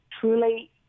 truly